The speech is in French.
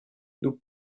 nous